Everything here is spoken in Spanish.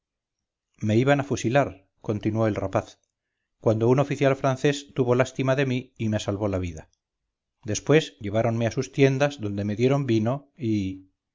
me iban a fusilar continuó el rapaz cuando un oficial francés tuvo lástima de mí y me salvó la vida después lleváronme a sus tiendas donde me dieron vino y